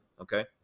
okay